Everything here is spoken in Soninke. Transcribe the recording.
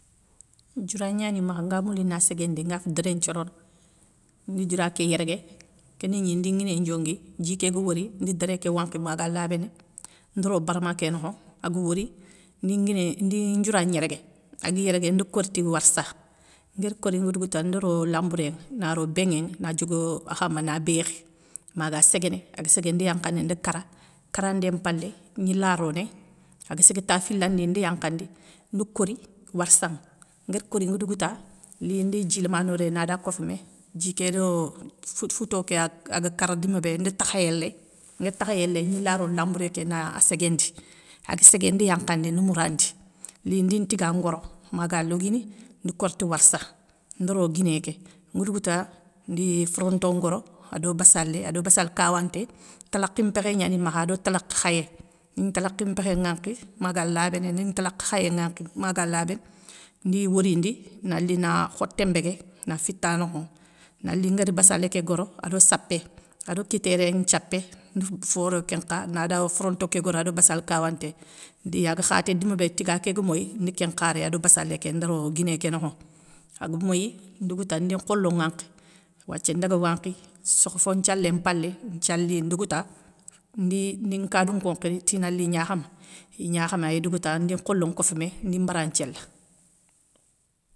Dioura gnani makha nga mouli na séguéndi nga déré nthiorono, ndi dioura ké yérégué, kéni gni ndi nguiné ndiongui, dji ké ga wori ndi déré ké wankhi ma ga labéné, ndeu ro barama ké nokho, aga wori ndi nguiné, ndi dioura gnérégué, agua yérégué nda kori ti warssa, nguéri nkori nga dougouta, nda ro lambouré ŋa na ro bénŋé ŋa na diogueuuu akhama na békhi ma ga séguéné, aga ségué, nda yankhandi nda kara. karandé mpalé, gni la ronéy, agua ségué ta filandi ndi yakhandi, ndi kori warssa ŋa nguéri kori, nga dougouta, li ndi dji lamane rey na da kofoumé, dji ké do euuhh fouto aga kara dima bé nda takhayé ley, nguéri takhayé ley gni la rono lambouré ké na aa séguéndi, aga ségué ndi yankhandi, ndi mourandi, li ndi tiga ngoro maga loguini, ndi kori ti warssa, nda ro guiné ké, nga dougouta, ndi foronto ngoro ado bassalé, ado bassalé kawanté, talakhi mpékhé gnani makha ado talakhe khayé, ndi talakhi mpékhé nwankhi, maga labéné, ndi talakhe khayé nwankhi ma ga labéné, ndi worindi na li na khoté mbéguéy na fita nokho ŋa, na li ngara bassalé ké goro ado sappé ado kitéré nthiappé ndi fo ro kén nkha na da foronto ké goro ado bassale kawanté ndi aga khaté di ma bé tiga ké ga moyi ndi kén nkha rey ado bassalé ké nda ro guiné ké nokho, aga moyi ndougouta ndi nkholo nwankhi. Wathia ndaga wankhi, sokhofo nthialé mpalé, nthiali ndougouta ndi ndi nkadounko nkhiri ti na li gnakhame, i gnakhama i dougouta, ndi nkholo kofoumé ndi mbara nthiéla.